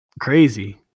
Crazy